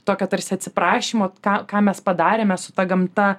tokio tarsi atsiprašymo ką ką mes padarėme su ta gamta